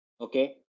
Okay